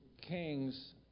kings